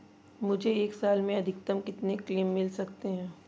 मुझे एक साल में अधिकतम कितने क्लेम मिल सकते हैं?